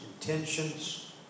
intentions